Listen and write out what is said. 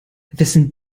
wessen